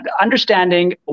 understanding